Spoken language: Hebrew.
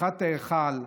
בפתיחת ההיכל,